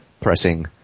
pressing